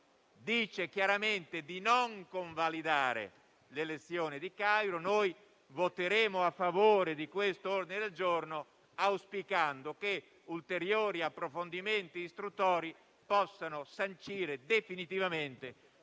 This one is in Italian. chiaramente di non convalidare l'elezione di Cairo, noi voteremo a favore, auspicando che ulteriori approfondimenti istruttori possano sancire definitivamente